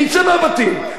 נצא מהבתים,